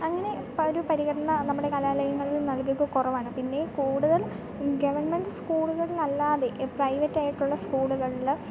അങ്ങനെ ഒരു പരിഗണന നമ്മുടെ കലാലയങ്ങളിൽ നൽകുക കുറവാണ് പിന്നെ കൂടുതൽ ഗവൺമെൻ്റ് സ്കൂളുകളിലല്ലാതെ പ്രൈവറ്റായിട്ടുള്ള സ്കൂളുകളിൽ